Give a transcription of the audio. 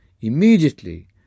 Immediately